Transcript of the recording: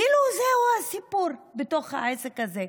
כאילו זהו הסיפור בתוך העסק הזה.